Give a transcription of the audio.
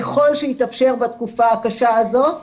ככל שהתאפשר בתקופה הקשה הזאת לאימהות,